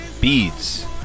beads